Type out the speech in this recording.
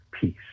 peace